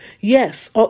Yes